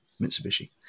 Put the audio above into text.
mitsubishi